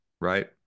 right